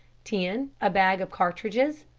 ten. a bag of cartridges.